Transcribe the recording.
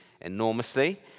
enormously